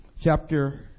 chapter